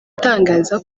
atangaza